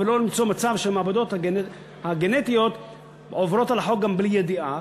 ולא למצוא מצב שהמעבדות הגנטיות עוברות על החוק גם בלי ידיעה.